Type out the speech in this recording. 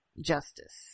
justice